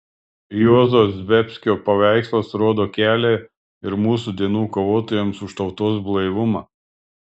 juozo zdebskio paveikslas rodo kelią ir mūsų dienų kovotojams už tautos blaivumą